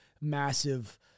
massive